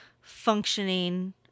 functioning